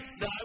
No